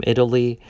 Italy